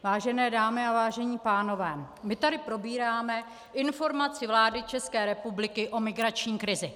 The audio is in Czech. Vážená dámy a vážení pánové, my tady probíráme informace vlády České republiky o migrační krizi.